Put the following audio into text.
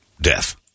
death